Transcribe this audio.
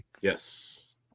Yes